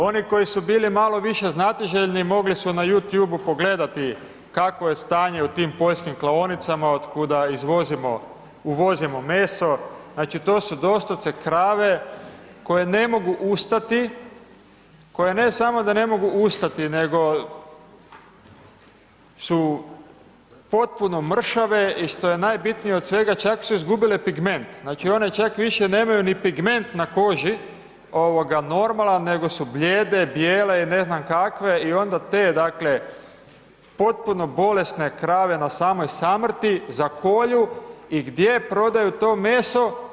Oni koji su bili malo više znatiželjni mogli su na YouTubeu pogledati kakvo je stanje u tim poljskim klaonicama otkuda uvozimo meso, znači, to su doslovce krave koje ne mogu ustati, koje ne samo da ne mogu ustati, nego su potpuno mršave i što je najbitnije od svega, čak su izgubile pigment, znači, one čak više nemaju ni pigment na koži normalan, nego su blijede, bijele, ne znam kakve i onda te, dakle, potpuno bolesne krave na samoj samrti zakolju i gdje prodaju to meso?